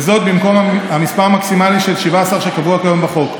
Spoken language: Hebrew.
וזאת במקום המספר המקסימלי של 17 שקבוע כיום בחוק.